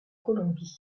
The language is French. colombie